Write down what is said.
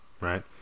right